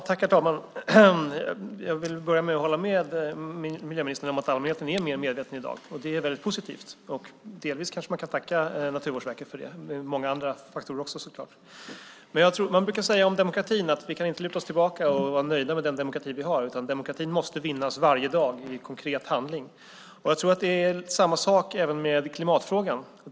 Herr talman! Jag håller med miljöministern om att allmänheten är mer medveten i dag. Det är väldigt positivt. Delvis kanske man kan tacka Naturvårdsverket för det, men många andra faktorer spelar också in så klart. Man brukar säga om demokratin att vi inte kan luta oss tillbaka och vara nöjda med den demokrati vi har. Demokratin måste vinnas varje dag i konkret handling. Jag tror att det är samma sak med klimatfrågan.